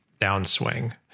downswing